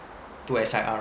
to S_I_R